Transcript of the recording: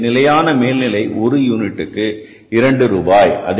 எனவே நிலையான மேல்நிலை ஒரு யூனிட்டுக்கு இரண்டு ரூபாய்